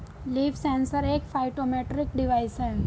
leaf sensor एक phytometric device है